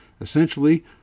essentially